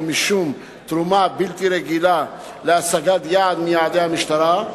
משום תרומה בלתי רגילה להשגת יעד מיעדי המשטרה,